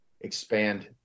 expand